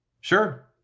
Sure